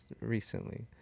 recently